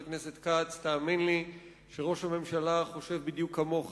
תאמין לי שראש הממשלה חושב בדיוק כמוך